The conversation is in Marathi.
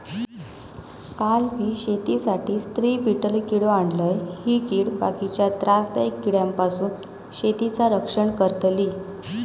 काल मी शेतीसाठी स्त्री बीटल किडो आणलय, ही कीड बाकीच्या त्रासदायक किड्यांपासून शेतीचा रक्षण करतली